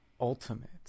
Ultimate